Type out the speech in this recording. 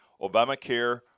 Obamacare